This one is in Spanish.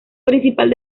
principal